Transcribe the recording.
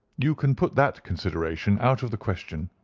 you can put that consideration out of the question.